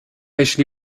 jeśli